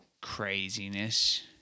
craziness